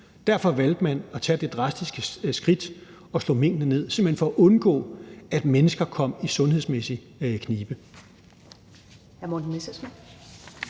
Derfor valgte man at tage det drastiske skridt at slå minkene ned, simpelt hen for at undgå, at mennesker kom i sundhedsmæssig knibe.